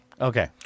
Okay